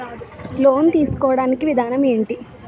Loan తీసుకోడానికి విధానం ఏంటి?